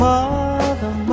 Mother